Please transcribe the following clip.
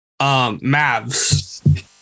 Mavs